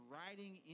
riding